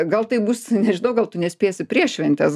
gal tai bus nežinau gal tu nespėsi prieš šventės